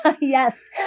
Yes